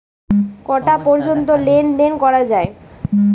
কটা পর্যন্ত লেন দেন করা য়ায়?